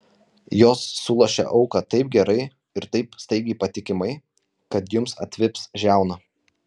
jos sulošia auką taip gerai ir taip staigiai patikimai kad jums atvips žiauna